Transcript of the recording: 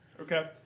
Okay